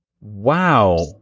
wow